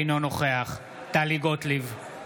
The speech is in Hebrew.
אינו נוכח טלי גוטליב,